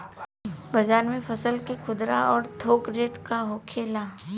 बाजार में फसल के खुदरा और थोक रेट का होखेला?